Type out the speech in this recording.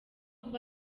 ubu